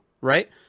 right